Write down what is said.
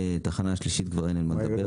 בתחנה השלישית כבר לא היה עם מי לדבר.